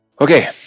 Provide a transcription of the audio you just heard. Okay